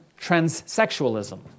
transsexualism